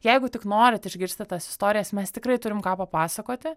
jeigu tik norit išgirsti tas istorijas mes tikrai turim ką papasakoti